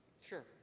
Sure